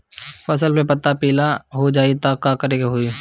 फसल के पत्ता पीला हो जाई त का करेके होई?